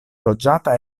loĝata